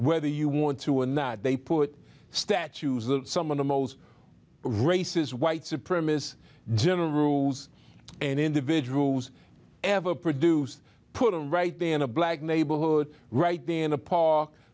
whether you want to or not they put statues of some of the most racist white supremacist general rules and individuals ever produced put them right in a black neighborhood right in a park